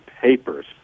papers